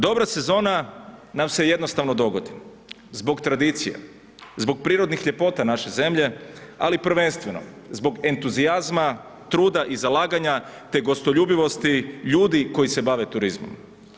Dobra sezona nam se jednostavno dogodi zbog tradicije, zbog prirodnih ljepota naše zemlje ali prvenstveno zbog entuzijazma, truda i zalaganja te gostoljubivosti ljudi koji se bave turizmom.